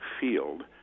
field